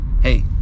Hey